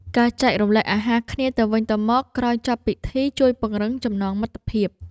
ការចែករំលែកអាហារគ្នាទៅវិញទៅមកក្រោយចប់ពិធី ជួយពង្រឹងចំណងមិត្តភាព។